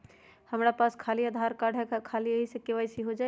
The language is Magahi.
हमरा पास खाली आधार कार्ड है, का ख़ाली यही से के.वाई.सी हो जाइ?